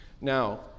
Now